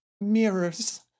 mirrors